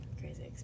Crazy